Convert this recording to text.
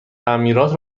تعمیرات